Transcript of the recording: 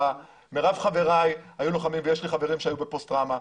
מירב חברי היו לוחמים בצבא ויש לי חברים שהיו בפוסט טראומה.